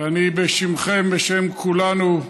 ואני בשמכם, בשם כולנו,